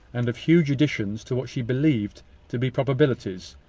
and of huge additions to what she believed to be probabilities,